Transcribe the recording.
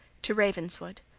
to ravenswood.